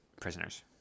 prisoners